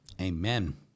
amen